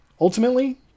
ultimately